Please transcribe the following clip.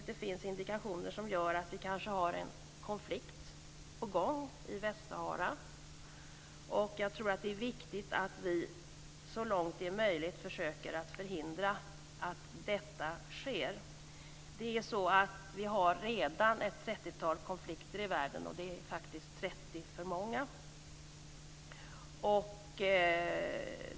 Det finns indikationer som tyder på att vi kanske har en konflikt på gång i Västsahara. Jag tror att det är viktigt att vi så långt det är möjligt försöker att förhindra att detta sker. Vi har redan ett trettiotal konflikter i världen, och det 30 för många.